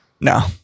No